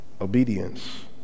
obedience